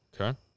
okay